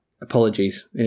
apologies